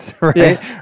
right